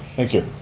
thank you.